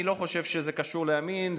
אני לא חושב שזה קשור לימין,